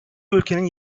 ülkenin